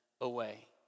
away